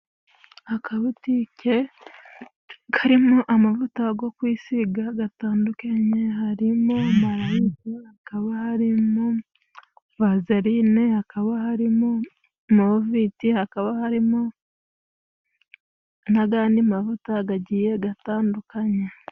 Akabutike karimo amavuta go kwisiga gatandukanye harimo makayika, hakaba harimo vazarine, hakaba harimo moviti, hakaba harimo n'agandi mavuta gagiye gatandukanye.